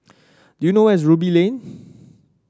do you know where is Ruby Lane